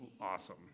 awesome